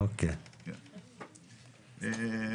קודם כל,